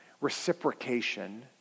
reciprocation